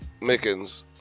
mickens